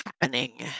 happening